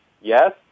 yes